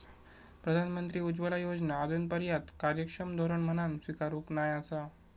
प्रधानमंत्री उज्ज्वला योजना आजूनपर्यात कार्यक्षम धोरण म्हणान स्वीकारूक नाय आसा